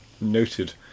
noted